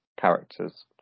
characters